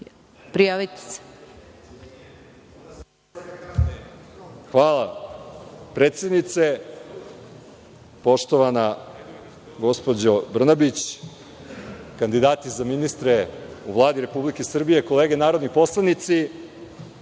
Đurišić** Hvala. Predsednice, poštovana gospođo Brnabić, kandidati za ministre u Vladi Republike Srbije, kolege narodni poslanici,